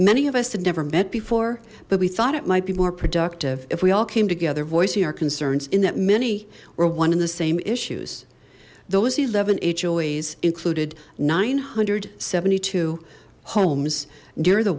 many of us had never met before but we thought it might be more productive if we all came together voicing our concerns in that many were one in the same issues those eleven hoas included nine hundred seventy two homes near the